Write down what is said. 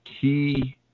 key